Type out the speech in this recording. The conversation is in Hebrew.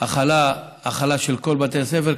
החלה בכל בתי הספר,